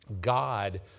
god